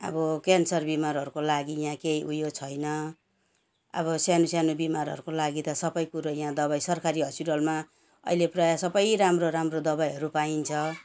अब क्यान्सर बिमारहरूको लागि यहाँ केही उयो छैन अब सानो सानो बिमारहरूको लागि त सबै कुरो यहाँ दबाई सरकारी हस्पिटलमा अहिले प्रायः सबै राम्रो राम्रो दबाईहरू पाइन्छ